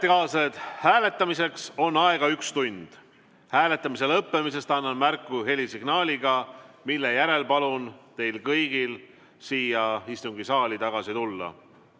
ametikaaslased! Hääletamiseks on aega üks tund. Hääletamise lõppemisest annan märku helisignaaliga, mille järel palun teil kõigil siia istungisaali tagasi tulla.